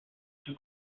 too